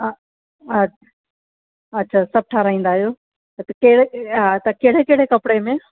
हा अ अछा सभु ठाराहींदा आहियो त कहिड़े त कहिड़े कहिड़े कपिड़े में